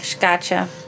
Gotcha